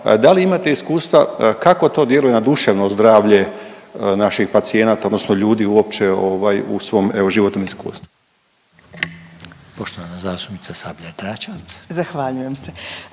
Da li imate iskustva kako to djeluje na duševno zdravlje naših pacijenata odnosno ljudi uopće u svom životnom iskustvu? **Reiner, Željko (HDZ)** Poštovana zastupnica